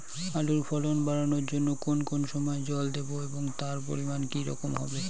আলুর ফলন বাড়ানোর জন্য কোন কোন সময় জল দেব এবং তার পরিমান কি রকম হবে?